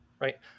right